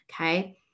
okay